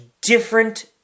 different